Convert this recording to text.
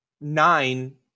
nine